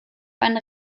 einen